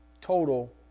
Total